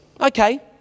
Okay